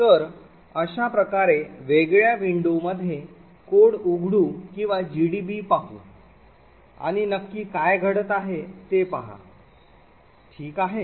तर अशा प्रकारे वेगळ्या विंडोमध्ये कोड उघडू आणि जीडीबी पाहु आणि नक्की काय घडत आहे ते पहा ठीक आहे